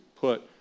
put